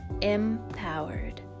empowered